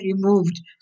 removed